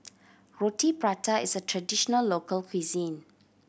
Roti Prata is a traditional local cuisine